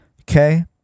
Okay